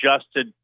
adjusted